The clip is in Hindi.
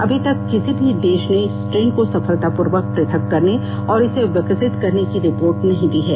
अभी तक किसी भी देशने स्ट्रेन को सफलतापूर्वक पृथक करने और इसे विकसित करने की रिपोर्ट नहीं दी है